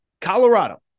Colorado